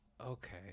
okay